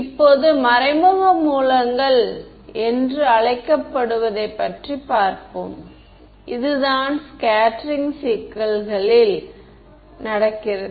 இப்போது மறைமுக மூலங்கள் என்று அழைக்கப்படுவதைப் பற்றி பார்ப்போம் இதுதான் ஸ்கேட்டெரிங் சிக்கல்களில் நடக்கிறது